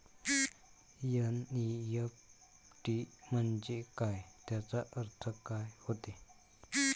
NEFT म्हंजे काय, त्याचा अर्थ काय होते?